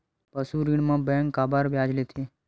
पशु ऋण म बैंक काबर ब्याज लेथे?